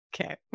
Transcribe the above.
Okay